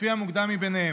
לפי המוקדם שבהם,